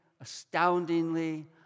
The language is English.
astoundingly